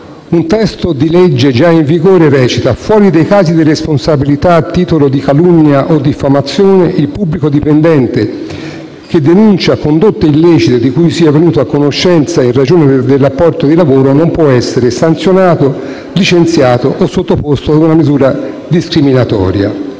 Un testo di legge già in vigore stabilisce che, fuori dei casi di responsabilità a titolo di calunnia o diffamazione, il pubblico dipendente che denuncia condotte illecite, di cui sia venuto a conoscenza in ragione del rapporto di lavoro, non può essere sanzionato, licenziato o sottoposto a una misura discriminatoria.